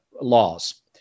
laws